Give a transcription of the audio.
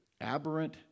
aberrant